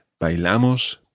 Bailamos